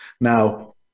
Now